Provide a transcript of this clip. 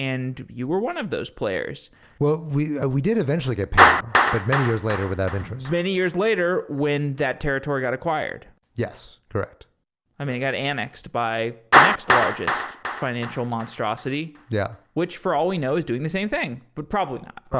and you were one of those players well, we we did eventually get paid out, but many years later without interest many years later when that territory got acquired yes. correct i mean, i got annexed by the next largest financial monstrosity, yeah which for all we know is doing the same thing, but probably not.